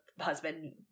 husband